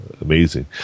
amazing